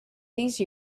these